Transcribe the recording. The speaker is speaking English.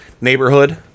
neighborhood